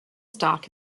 stock